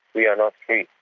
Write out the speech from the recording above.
we are not free.